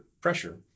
pressure